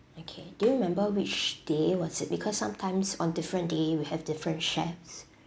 okay do you remember which day was it because sometimes on different day we have different chefs